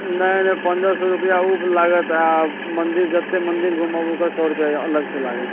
नहि नहि पंद्रह सए रूपैआ ओ लागत आ मंदिर जतेक मंदिर घूमब ओकर सए रूपैआ अलग से लागत